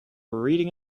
reading